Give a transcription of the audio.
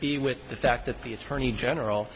be with the fact that the attorney general